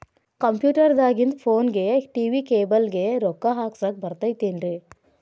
Computer ದಾಗಿಂದ್ ಫೋನ್ಗೆ, TV cable ಗೆ, ರೊಕ್ಕಾ ಹಾಕಸಾಕ್ ಬರತೈತೇನ್ರೇ?